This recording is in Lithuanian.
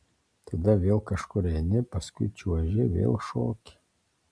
tada vėl kažkur eini paskui čiuoži vėl šoki